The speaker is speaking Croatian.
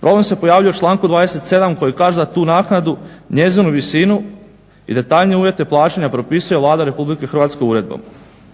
Problem se pojavljuje u članku 27. koji kaže da tu naknadu, njezinu visinu i detaljnije uvjete plaćanja propisuje Vlada Republike Hrvatske uredbe.